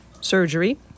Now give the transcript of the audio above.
Surgery